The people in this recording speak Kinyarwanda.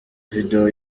video